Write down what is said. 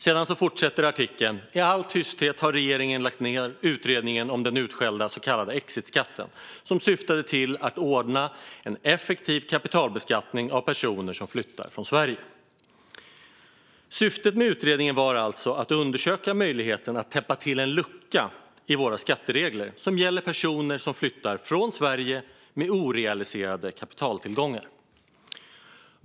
Artikeln fortsätter sedan: "I all tysthet har regeringen lagt ner utredningen om den utskällda så kallade exitskatten, som syftade till att ordna en effektiv kapitalbeskattning av personer som flyttar från Sverige." Syftet med utredningen var alltså att undersöka möjligheten att täppa till en lucka i våra skatteregler som gäller personer som flyttar från Sverige med orealiserade kapitaltillgångar.